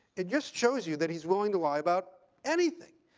it just shows you that he's willing to lie about anything.